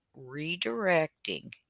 redirecting